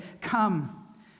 Come